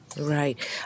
Right